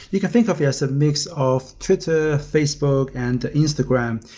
you can think of it as a mix of twitter, facebook and instagram.